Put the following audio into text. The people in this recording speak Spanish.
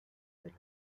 del